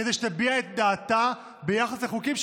כדי שתביע את דעתה ביחס לחוקים,